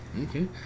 Okay